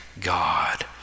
God